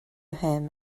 him